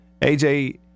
AJ